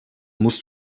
musst